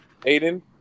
Aiden